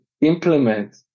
implement